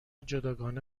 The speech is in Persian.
جداگانه